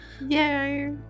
Yay